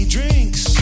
drinks